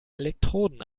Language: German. elektroden